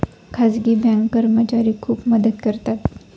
खाजगी बँक कर्मचारी खूप मदत करतात